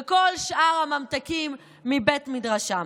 וכל שאר הממתקים מבית מדרשם.